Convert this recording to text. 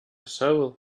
soul